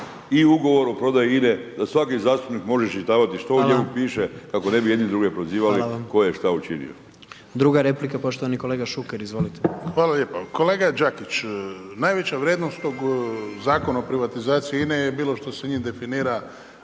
i ugovor o prodaja INA-e, da svaki zastupnik može iščitavati što u njemu piše kako ne bi jedni druge prozivali tko je šta učinio. **Jandroković, Gordan (HDZ)** Hvala vam. Poštovani kolega Šuker izvolite. **Šuker, Ivan (HDZ)** Hvala lijepa. Kolega Đakić, najveća vrijednost tog Zakona o privatizaciji INA-e je bilo što se njim definira